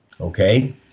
Okay